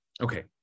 Okay